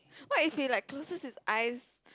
what if he like closes his eyes